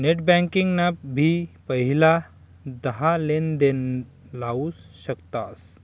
net banking ना भी पहिला दहा लेनदेण लाऊ शकतस